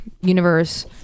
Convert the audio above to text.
universe